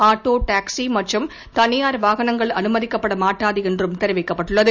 auto taxi மற்றும் தனியார் வாகனங்கள் அனுமதிக்கப்பட மாட்டாது என்றும் தெரிவிக்கப்பட்டுள்ளது